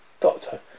Doctor